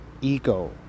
ego